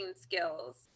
skills